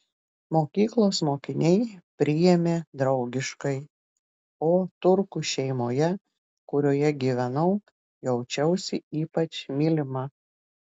mokyklos mokiniai priėmė draugiškai o turkų šeimoje kurioje gyvenau jaučiausi ypač mylima